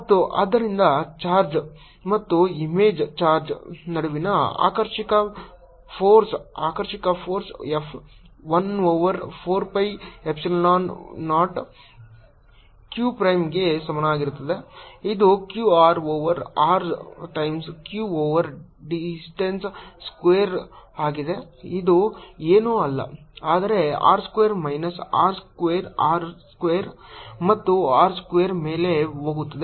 ಮತ್ತು ಆದ್ದರಿಂದ ಚಾರ್ಜ್ ಮತ್ತು ಇಮೇಜ್ ಚಾರ್ಜ್ ನಡುವಿನ ಆಕರ್ಷಕ ಫೋರ್ಸ್ ಆಕರ್ಷಕ force F 1 over 4 pi epsilon 0 q ಪ್ರೈಮ್ಗೆ ಸಮನಾಗಿರುತ್ತದೆ ಇದು q R over r times q over distance square ಆಗಿದೆ ಅದು ಏನೂ ಅಲ್ಲ ಆದರೆ r square minus R square square ಮತ್ತು r ಸ್ಕ್ವೇರ್ ಮೇಲೆ ಹೋಗುತ್ತದೆ